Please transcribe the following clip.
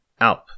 ALP